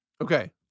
Okay